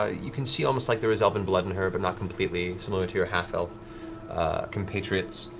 ah you can see almost like there is elven blood in her but not completely, similar to your half-elf compatriots.